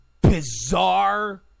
bizarre